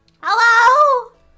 Hello